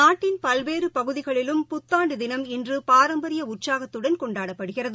நாட்டின் பல்வேறுபகுதிகளிலும் புத்தாண்டுதினம் இன்றுபாரம்பரியஉற்சாகத்துடன் கொண்டாடப்படுகிறது